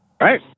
Right